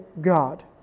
God